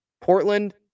Portland